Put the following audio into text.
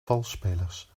valsspelers